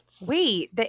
Wait